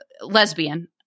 lesbian